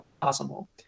possible